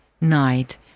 night